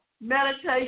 meditation